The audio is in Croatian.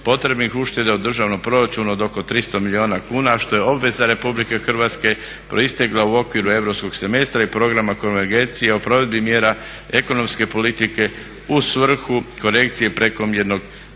potrebnih ušteda u državnom proračunu od oko 300 milijuna kuna što je obveza RH proistekla u okviru europskog semestra i programa konvergencije o provedbi mjera ekonomske politike u svrhu korekcije prekomjernog